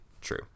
true